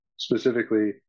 specifically